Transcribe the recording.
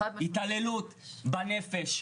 התעללות בנפש,